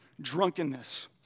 drunkenness